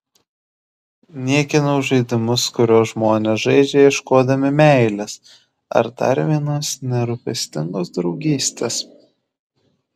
niekinau žaidimus kuriuos žmonės žaidžia ieškodami meilės ar dar vienos nerūpestingos draugystės